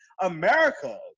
America